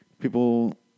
People